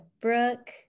Brooke